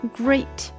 great